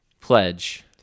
pledge